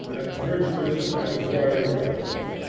and virtuous as a brier-rose.